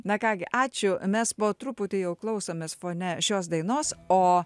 na ką gi ačiū mes po truputį jau klausomės fone šios dainos o